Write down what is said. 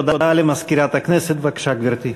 הודעה למזכירת הכנסת, בבקשה, גברתי.